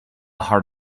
heart